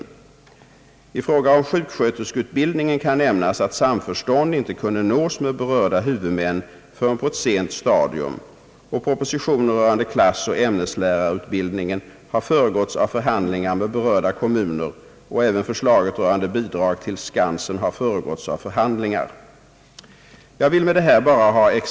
I fråga om propositionen rörande sjuksköterskeutbildningen kan nämnas att samförstånd inte kunde nås med berörda huvudmän förrän på ett sent stadium. Propositionen rörande klassoch ämneslärarutbildningen har föregåtts av förhandling ar med berörda kommuner, och även förslaget rörande bidrag till Skansen har föregåtts av förhandlingar. I fråga om skolans arbetstider, slutligen, har överläggningar med personalorganisationer föregått propositionen.